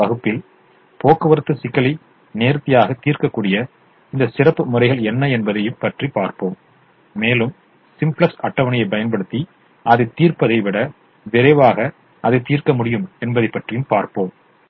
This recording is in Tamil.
அடுத்த வகுப்பில் போக்குவரத்து சிக்கலை நேர்த்தியாக தீர்க்கக்கூடிய இந்த சிறப்பு முறைகள் என்ன என்பதைப் பற்றி பார்ப்போம் மேலும் சிம்ப்ளக்ஸ் அட்டவணையைப் பயன்படுத்தி அதைத் தீர்ப்பதை விட விரைவாக அதை தீர்க்க முடியும் என்பதைப் பற்றியும் பார்ப்போம்